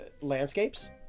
landscapes